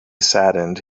saddened